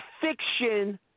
fiction